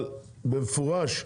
במפורש,